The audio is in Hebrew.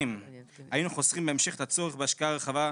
והיינו חוסכים בהמשך את הצורך בהשקעה רחבה.